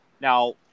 Now